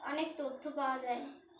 অনেক তথ্য পাওয়া যায়